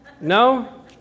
No